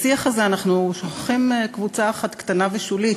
בשיח הזה אנחנו שוכחים קבוצה אחת קטנה ושולית: